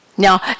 Now